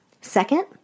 Second